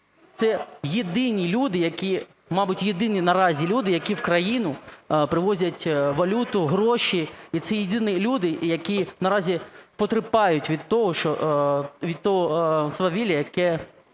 це єдині люди, які, мабуть, єдині наразі люди, які в країну привозять валюту, гроші. І це єдині люди, які наразі потерпають від того свавілля, яке